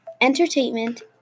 entertainment